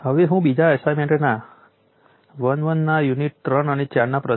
હવે હું કેપેસિટરમાં પાવર અને એનર્જી ઉપર વિચાર કરીશ